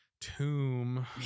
tomb